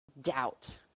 doubt